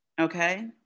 okay